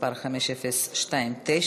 מס' 5029,